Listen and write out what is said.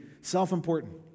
self-important